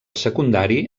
secundari